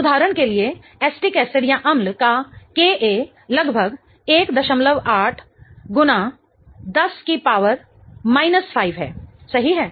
तो उदाहरण के लिए एसिटिक एसिडअम्ल का Ka लगभग 18 X 10 5 है सही है